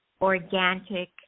organic